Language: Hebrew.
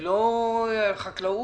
חקלאות,